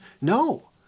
No